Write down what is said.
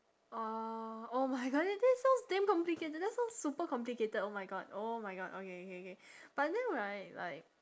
!wow! oh my god th~ that sounds damn complicated that sounds super complicated oh my god oh my god okay K K but then right like